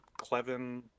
clevin